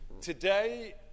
Today